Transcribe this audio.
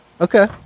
Okay